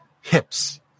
Hips